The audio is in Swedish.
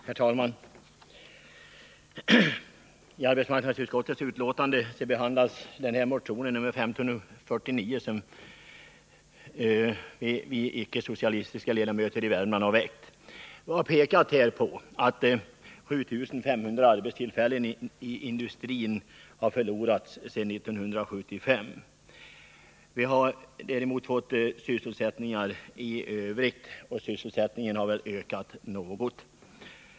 Herr talman! I arbetsmarknadsutskottets betänkande nr 23 behandlas motionen 1549, som väckts av de icke-socialistiska ledamöterna i Värmland. Vi har i motionen pekat på att 7 500 arbetstillfällen inom industrin har gått förlorade sedan 1975. Därmed har vi fått annan sysselsättning, och sysselsättningen totalt har väl ökat något.